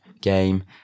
game